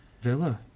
Villa